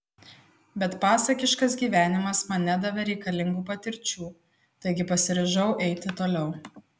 bet pasakiškas gyvenimas man nedavė reikalingų patirčių taigi pasiryžau eiti toliau